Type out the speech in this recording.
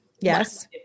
Yes